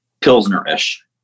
Pilsner-ish